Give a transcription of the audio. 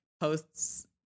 posts